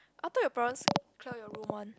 I thought your parents clear your room [one]